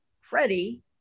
Freddie